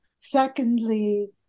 Secondly